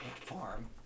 farm